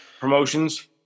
promotions